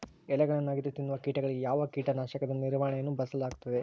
ಎಲೆಗಳನ್ನು ಅಗಿದು ತಿನ್ನುವ ಕೇಟಗಳಿಗೆ ಯಾವ ಕೇಟನಾಶಕದ ನಿರ್ವಹಣೆಯನ್ನು ಬಳಸಲಾಗುತ್ತದೆ?